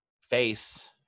face